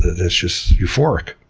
that's just euphoric.